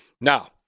Now